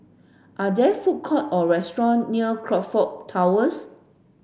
are there food court or restaurant near Crockford Towers